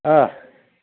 आ